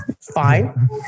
Fine